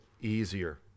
Easier